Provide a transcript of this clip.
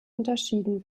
unterschieden